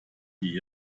die